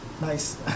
Nice